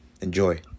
Enjoy